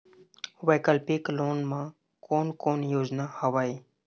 वैकल्पिक लोन मा कोन कोन योजना हवए?